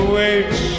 wait